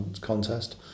contest